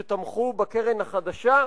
שתמכו בקרן החדשה.